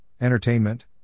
entertainment